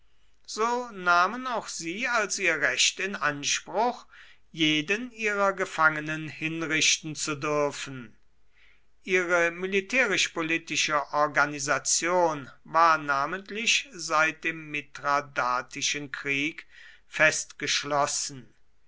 so nahmen auch sie als ihr recht in anspruch jeden ihrer gefangenen hinrichten zu dürfen ihre militärisch politische organisation war namentlich seit dem mithradatischen krieg